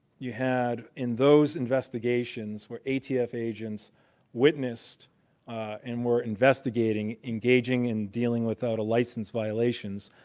you had in those investigations, where atf agents witnessed and were investigating engaging in dealing without a license violations,